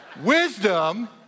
Wisdom